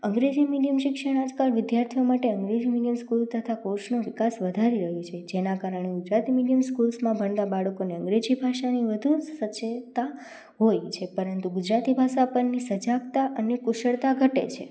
અંગ્રેજી મીડિયમ શિક્ષણ આજકાલ વિદ્યાર્થીઓ માટે અંગ્રેજી મીડિયમ સ્કૂલ તથા કોર્ષનો વિકાસ વધારી રહ્યું છે જેના કારણે ગુજરાતી મીડિયમ સ્કૂલ્સમાં ભણતા બાળકોને અંગ્રેજી ભાષાની વધુ સચેતા હોય છે પરંતુ ગુજરાતી ભાષા પરની સજાગતા અને કુશળતા ઘટે છે